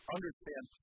Understand